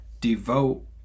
devote